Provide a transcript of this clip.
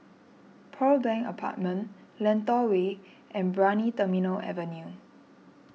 Pearl Bank Apartment Lentor Way and Brani Terminal Avenue